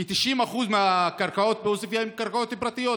כ-90% מהקרקעות בעוספיא הן קרקעות פרטיות,